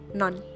none